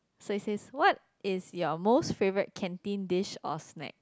so it says what is your most favourite canteen dish or snack